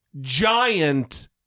giant